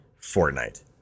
Fortnite